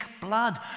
blood